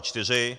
4.